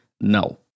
no